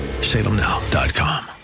Salemnow.com